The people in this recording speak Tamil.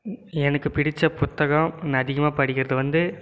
எனக்கு பிடித்த புத்தகம் நான் அதிகமாக படிக்கிறது வந்து